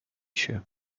się